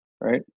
right